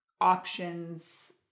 options